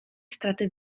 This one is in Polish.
straty